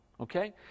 okay